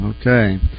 Okay